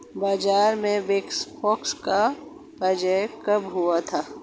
बाजार में big four का प्रवेश कब हुआ था?